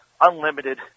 unlimited